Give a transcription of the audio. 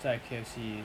在 K_F_C